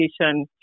education